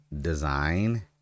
design